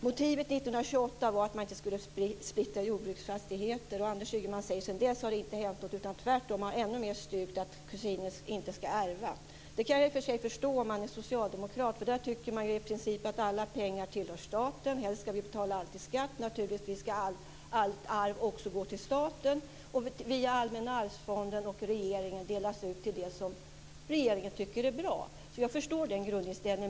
Motivet 1928 var att man inte skulle splittra jordbruksfastigheter. Och Anders Ygeman säger: Sedan dess har det inte hänt något; tvärtom finns det ännu mer som styrker att kusiner inte skall ärva. Det kan jag i och för sig förstå om man är socialdemokrat. Socialdemokraterna tycker ju i princip att alla pengar tillhör staten. Helst skall vi betala allt i skatt, och naturligtvis skall allt arv också gå till staten och via Allmänna arvsfonden och regeringen delas ut till det som regeringen tycker är bra. Jag förstår den grundinställningen.